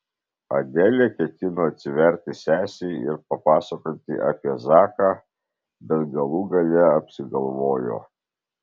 adelė ketino atsiverti sesei ir papasakoti apie zaką bet galų gale apsigalvojo